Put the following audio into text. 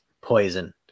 Poison